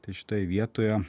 tai šitoj vietoje